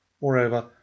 Moreover